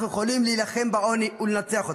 אנחנו יכולים להילחם בעוני ולנצח אותו.